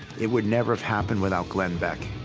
it would never have happened without glenn beck.